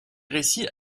récits